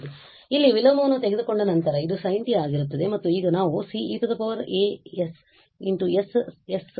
ಆದ್ದರಿಂದ ಇಲ್ಲಿ ವಿಲೋಮವನ್ನು ತೆಗೆದುಕೊಂಡ ನಂತರ ಅದು sin t ಆಗಿರುತ್ತದೆ ಮತ್ತು ಈಗ ನಾವು C e −as ss 21 ಎಂದು ಹೊಂದಿದ್ದೇವೆ